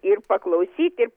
ir paklausyt ir